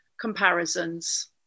comparisons